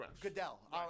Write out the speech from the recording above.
Goodell